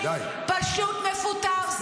פשוט מפוטר.